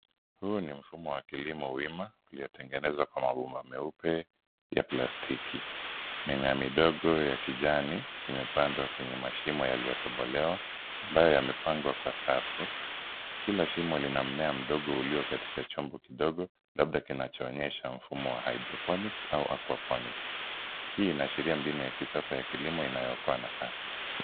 Huu ni mfumo wa kilimo wima uliyotengenezwa kwa mabomba meupe ya plastiki. Mimea midogo ya kijani imepandwa kwenye mashimo yaliyotobolewa ambayo yamepangwa kwa safu. Kila shimo lina mmea mdogo uliyo katika chombo kidogo labda kinachoonyesha mfumo wa hydroponics au aquaponics . Hii inaashiria mbinu ya kisasa ya kilimo inayookoa nafasi.